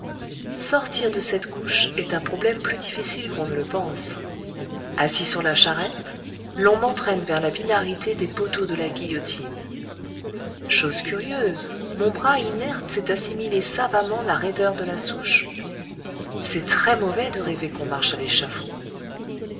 sortir de cette couche est un problème plus difficile qu'on ne le pense assis sur la charrette l'on m'entraîne vers la binarité des poteaux de la guillotine chose curieuse mon bras inerte s'est assimilé savamment la raideur de la souche c'est très mauvais de rêver qu'on marche à l'échafaud